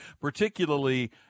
particularly